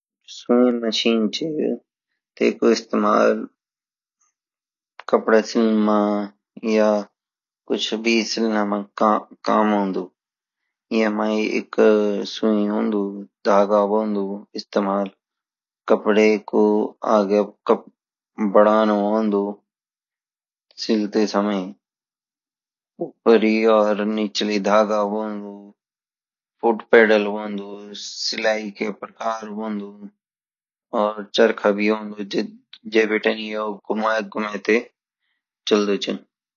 saving machine ची टेका इस्तेमाल कपडा सिलन मा या कुछ भी सीलन मा काम औन्दु येमा एक सुई होंदी धागा होन्दु इस्तमाल कपडे को आगे बढ़ाना हुंदु सीलते समय ही उप्पर और निचे धागा होन्दु फुट पैदल होन्दु सिलाई कई प्रकार हुँदा और चरखा भी होन्दु जे बीतीं ये घुमा घुमा के चल्दु छा